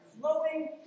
flowing